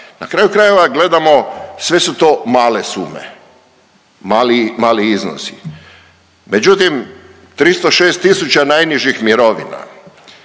Na kraju krajeva, gledamo, sve su to male sume. Mali iznosi. Međutim, 306 tisuća najnižih mirovina,